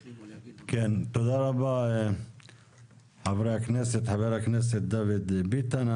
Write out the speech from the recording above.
כן, תודה רבה חבר הכנסת דוד ביטן.